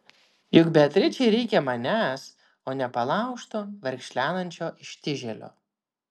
juk beatričei reikia manęs o ne palaužto verkšlenančio ištižėlio